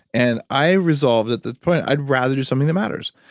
and i resolved at that point i'd rather do something that matters,